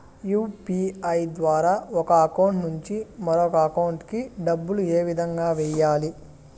UPI ద్వారా ఒక account నుంచి మరొక అకౌంట్ కి డబ్బులు ఏ విధంగా వెయ్యాలి